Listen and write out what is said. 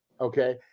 okay